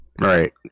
right